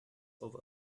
over